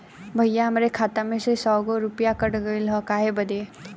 भईया हमरे खाता में से सौ गो रूपया कट गईल बा काहे बदे?